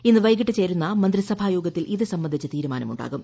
ഇന്ന് വൈകിട്ട് ചേരുന്ന മന്ത്രിസഭാ യോഗത്തിൽ ഇത് സംബന്ധിച്ച് തീരുമാനം ഉണ്ടാകും